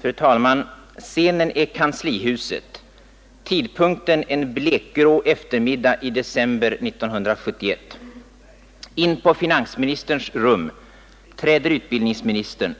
Fru talman! Scenen är kanslihuset, tidpunkten en blekgrå eftermiddag i december 1971. In på finansministerns rum träder utbildningsministern.